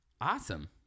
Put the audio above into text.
Awesome